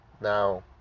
now